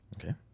Okay